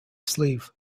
sleeve